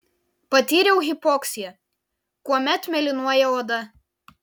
patyriau hipoksiją kuomet mėlynuoja oda